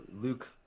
Luke